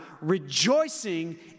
rejoicing